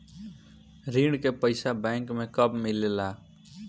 ऋण के पइसा बैंक मे कब मिले ला?